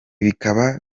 bikaba